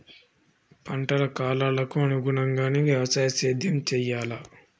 పంటల కాలాలకు అనుగుణంగానే వ్యవసాయ సేద్యం చెయ్యాలా?